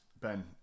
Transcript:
ben